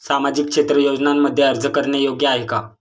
सामाजिक क्षेत्र योजनांमध्ये अर्ज करणे योग्य आहे का?